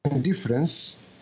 difference